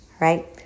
right